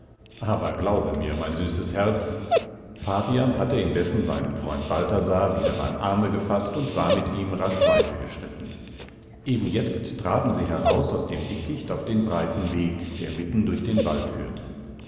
aber glaube mir mein süßes herz fabian hatte indessen seinen freund balthasar wieder beim arme gefaßt und war mit ihm rasch weitergeschritten eben jetzt traten sie heraus aus dem dickicht auf den breiten weg der mitten durch den wald führte